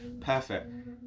perfect